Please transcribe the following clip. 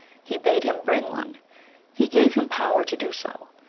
he bade him bring one he gave him power to do so,